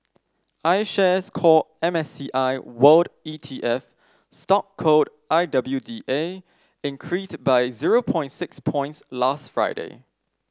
IShares Core M S C I World E T F stock code I W D A increased by zero points six points last Friday